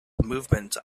movement